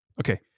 Okay